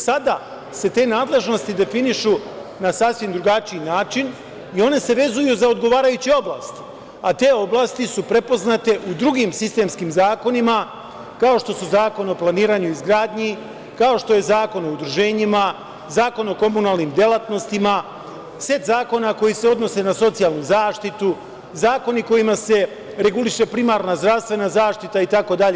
Sada se te nadležnosti definišu na sasvim drugačiji način i one se vezuju za odgovarajuće oblasti, a te oblasti su prepoznate u drugim sistemskim zakonima, kao što su Zakon o planiranju i izgradnji, kao što je Zakon o udruženjima, Zakon o komunalnim delatnostima, set zakona koji se odnose na socijalnu zaštitu, zakoni kojima se reguliše primarna zdravstvena zaštita itd.